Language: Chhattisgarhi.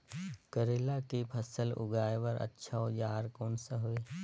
करेला के फसल उगाई बार अच्छा औजार कोन सा हवे?